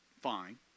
fine